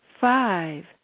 five